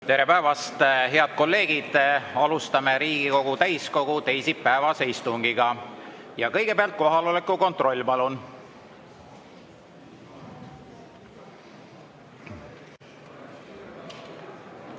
Tere päevast! Head kolleegid! Alustame Riigikogu täiskogu teisipäevast istungit. Ja kõigepealt kohaloleku kontroll, palun!